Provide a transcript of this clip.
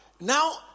Now